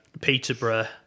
Peterborough